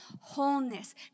Wholeness